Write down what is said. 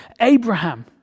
Abraham